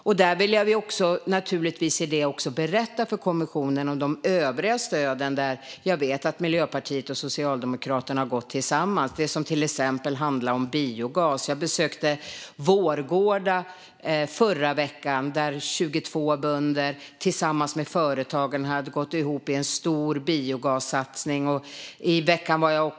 Vi vill naturligtvis också berätta för kommissionen om de övriga stöden där jag vet att Miljöpartiet och Socialdemokraterna har gått tillsammans, till exempel det som handlar om biogas. Jag besökte Vårgårda i förra veckan. Där har 22 bönder tillsammans med företagen gått ihop i en stor biogassatsning.